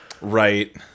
Right